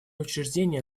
учреждения